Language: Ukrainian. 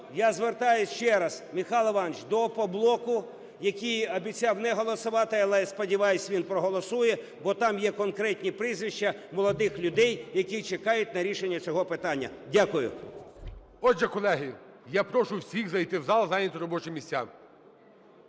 Я звертаюсь ще раз, Михайло Івановичу, до Опоблоку, який обіцяв не голосувати, але, я сподіваюсь, він проголосує, бо там є конкретні прізвища молодих людей, які чекають на рішення цього питання. Дякую. ГОЛОВУЮЧИЙ. Отже, колеги, я прошу всіх зайти в зал і зайняти робочі місця.